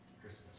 Christmas